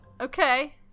Okay